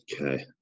okay